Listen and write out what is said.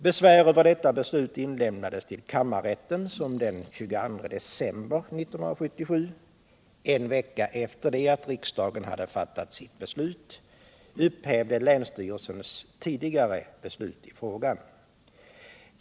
Besvär över detta beslut inlämnades ull kammarrätten, som den 22 december 1977 — en vecka efter det att riksdagen fattat sitt beslut — upphävde länsstyrelsens tidigare beslut i frågan.